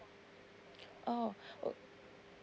oh O